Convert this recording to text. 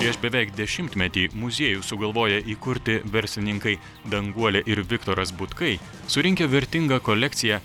prieš beveik dešimtmetį muziejų sugalvoję įkurti verslininkai danguolė ir viktoras butkai surinkę vertingą kolekciją